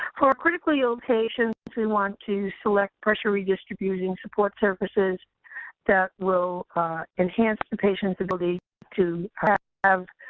for our critically ill patients, we want to select pressure redistributing support services that will enhance the patient's ability to have